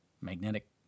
magnetic